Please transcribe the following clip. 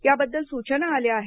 या बद्दल सूचना आल्या आहेत